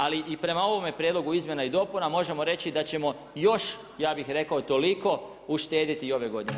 Ali i prema ovome prijedlogu izmjena i dopuna, možemo reći da ćemo i još ja bih rekao toliko uštediti i ove godine.